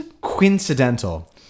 coincidental